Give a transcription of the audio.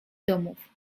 domów